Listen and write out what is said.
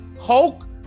Hulk